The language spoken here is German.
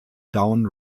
down